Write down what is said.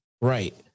Right